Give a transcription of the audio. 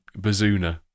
Bazuna